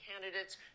...candidates